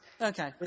Okay